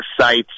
sites